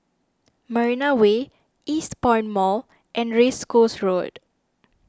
Marina Way Eastpoint Mall and Race Course Road